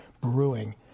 brewing